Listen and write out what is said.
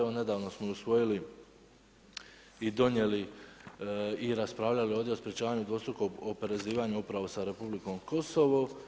Evo, nedavno smo usvojili i donijeli i raspravljali ovdje o sprječavanju dvostrukom oporezivanju upravo sa Republikom Kosovo.